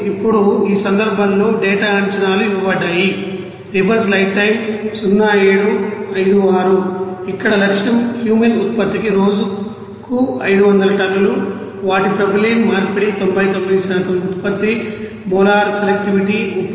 ఇప్పుడు ఈ సందర్భంలో డేటా అంచనాలు ఇవ్వబడ్డాయి ఇక్కడ లక్ష్యం క్యూమెన్ ఉత్పత్తికి రోజుకు 500 టన్నులు వాటి ప్రొపైలిన్ మార్పిడి 99 ఉత్పత్తి మోలార్ సెలెక్టివిటీ 31 1